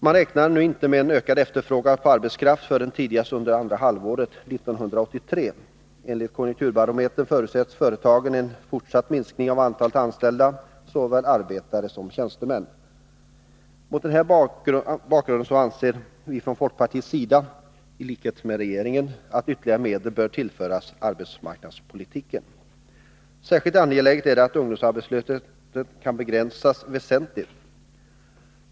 Man räknar nu inte med en ökad efterfrågan på arbetskraft förrän tidigast under andra halvåret 1983. Enligt konjunkturbarometern förutser företagen en fortsatt minskning av antalet anställda, såväl arbetare som tjänstemän. Mot den här bakgrunden anser folkpartiet i likhet med regeringen att ytterligare medel bör tillföras arbetsmarknadspolitiken. Särskilt angeläget är det att ungdomsarbetslösheten kan begränsas väsentligt.